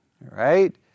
right